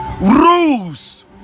rules